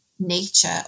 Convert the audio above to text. nature